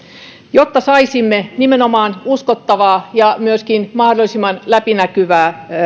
jotta saisimme nimenomaan uskottavaa ja myöskin mahdollisimman läpinäkyvää